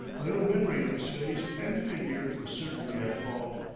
my own memory of his face and figure was certainly at fault.